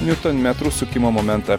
niutonmetrų sukimo momentą